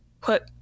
put